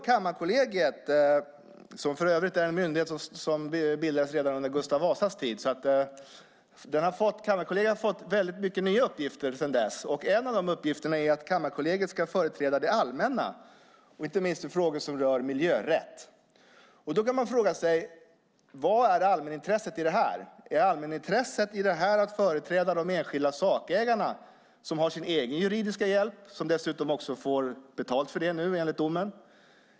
Kammarkollegiet är en myndighet som bildades redan under Gustav Vasas tid, och de har fått många nya uppgifter sedan dess. En av de uppgifterna är att Kammarkollegiet ska företräda det allmänna inte minst i frågor som rör miljörätt. Då kan man fråga sig: Vad är allmänintresset i det här? Är allmänintresset i det här att företräda de enskilda sakägarna, som har sin egen juridiska hjälp och som dessutom får betalt för det nu enligt domen?